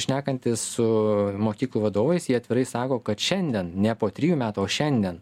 šnekantis su mokyklų vadovais jie atvirai sako kad šiandien ne po trijų metų o šiandien